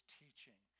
teaching